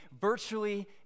virtually